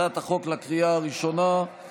אני קובע שהצעת חוק הרשות לפיתוח הנגב (תיקון מס' 5)